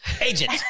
agent